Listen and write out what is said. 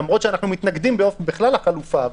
למרות שאנחנו מתנגדים בכלל לחלופה.